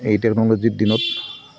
এই টেকন'ল'জিৰ দিনত